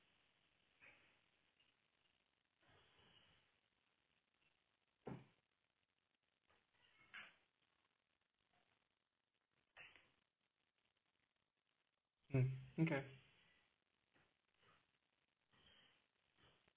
um okay